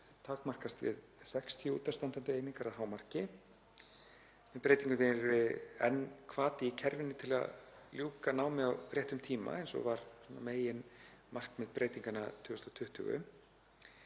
takmarkast við 60 útistandandi einingar að hámarki. Með breytingunni yrði enn hvati í kerfinu til að ljúka námi á réttum tíma eins og var meginmarkmið breytinganna 2020,